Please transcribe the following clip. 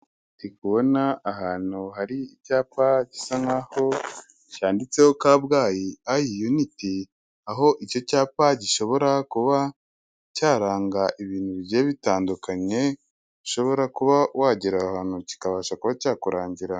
Ndi kubona ahantu hari icyapa gisa nk'aho cyanditseho Kabgayi ayi yuniti, aho icyo cyapa gishobora kuba cyaranga ibintu bigiye bitandukanye, ushobora kuba wagera ahantu kikabasha kuba cyakurangira.